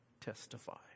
Testify